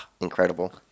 incredible